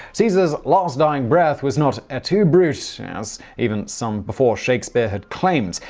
caesar's last dying breath was not et tu, brute, as even some before shakespeare had claimed.